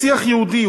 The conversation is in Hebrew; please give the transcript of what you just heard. שיח יהודי,